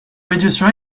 reduce